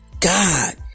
God